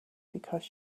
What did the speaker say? because